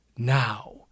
now